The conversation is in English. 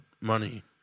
money